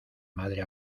madre